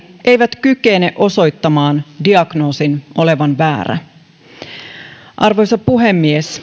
eivät kykene osoittamaan diagnoosin olevan väärä arvoisa puhemies